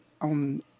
on